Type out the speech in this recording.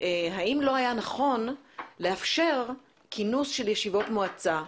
האם לא היה נכון לאפשר כינוס של ישיבות מועצה?